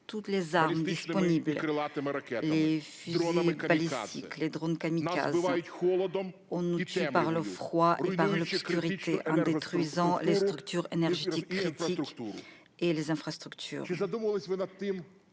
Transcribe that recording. toutes les armes disponibles : les missiles balistiques, les drones kamikazes ; on nous tue par le froid et l'obscurité, en détruisant les infrastructures énergétiques critiques. Vous êtes-vous